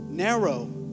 Narrow